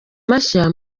mashya